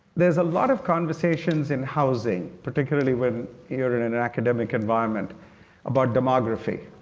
there's a lot of conversations in housing, particularly when you're in an academic environment about demography,